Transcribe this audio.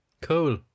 Cool